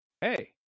hey